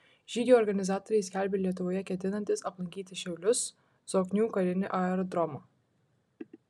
žygio organizatoriai skelbia lietuvoje ketinantys aplankyti šiaulius zoknių karinį aerodromą